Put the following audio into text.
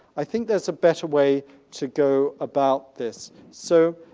i think there's a better way to go about this. so